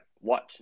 watch